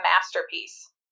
masterpiece